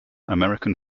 american